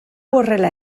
horrela